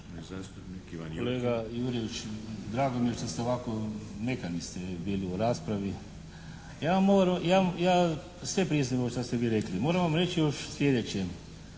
Kolega Jurjević, drago mi je što ste ovako, mekani ste bili u raspravi. Ja sve priznajem ovo šta ste vi rekli. Moram vam reći još sljedeće.